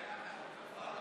הוגשה בקשה להצבעה שמית.